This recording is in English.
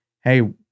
hey